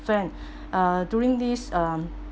friend uh during this um